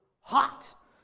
hot